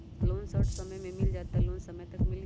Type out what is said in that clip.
Loan short समय मे मिल जाएत कि लोन समय तक मिली?